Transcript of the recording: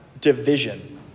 division